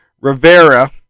Rivera